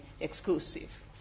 exclusive